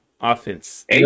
offense